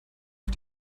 auf